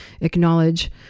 acknowledge